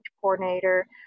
coordinator